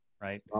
right